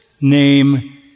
name